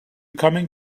coming